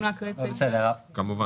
אותו.